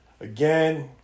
Again